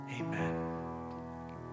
Amen